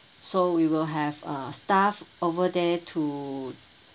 so we will have a staff over there to